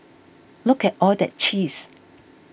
look at all that cheese